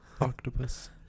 Octopus